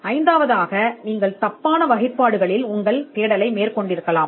ஐந்தாவது நீங்கள் தவறான வகுப்புகளில் தேடலாம்